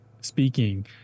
speaking